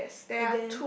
and then